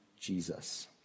Jesus